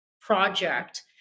project